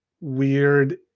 weird